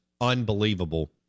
unbelievable